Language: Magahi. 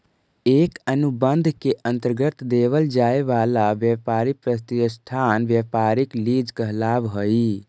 एक अनुबंध के अंतर्गत देवल जाए वाला व्यापारी प्रतिष्ठान व्यापारिक लीज कहलाव हई